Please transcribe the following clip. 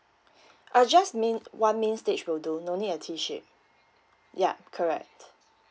uh just main one main stage will do no need a T shape ya correct